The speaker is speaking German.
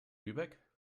lübeck